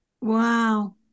Wow